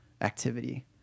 activity